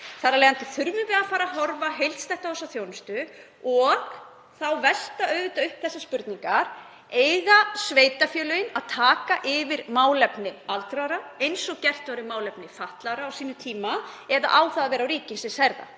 Þar af leiðandi þurfum við að fara að horfa heildstætt á þessa þjónustu og þá koma auðvitað upp þessar spurningar: Eiga sveitarfélögin að taka yfir málefni aldraðra eins og gert var í málefnum fatlaðra á sínum tíma, eða á það að vera á herðum